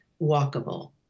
Walkable